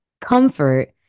comfort